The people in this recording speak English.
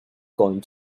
going